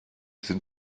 sind